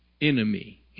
enemy